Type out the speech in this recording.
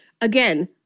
Again